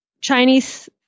Chinese